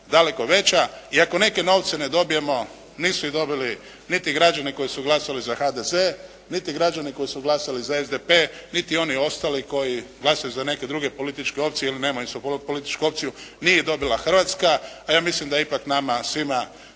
daleko veća. I ako neke novce ne dobijemo nisu ih dobili niti građani koji su glasali za HDZ, niti građani koji su glasali za SDP, niti oni ostali koji glasuju za neke druge političke opcije ili nemaju političku opciju. Nije dobila Hrvatska, a ja mislim da je ipak nama svima